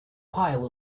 pile